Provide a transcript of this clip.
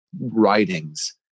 writings